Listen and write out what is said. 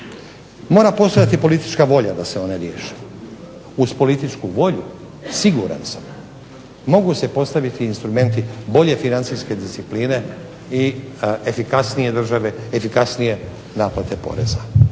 Mora postojati politička volja da se one riješe. Uz političku volju siguran sam mogu se postaviti instrumenti bolje financijske discipline i efikasnije države,